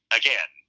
again